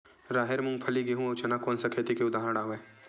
राहेर, मूंगफली, गेहूं, अउ चना कोन सा खेती के उदाहरण आवे?